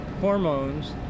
hormones